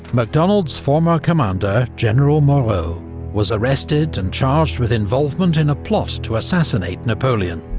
macdonald's former commander general moreau was arrested and charged with involvement in a plot to assassinate napoleon.